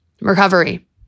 recovery